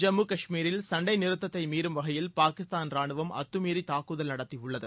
ஜம்மு காஷ்மீரில் சண்டை நிறுத்தத்தை மீறும் வகையில் பாகிஸ்தான் ராணுவம் அத்து மீறி தாக்குதல் நடத்தியுள்ளது